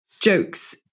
jokes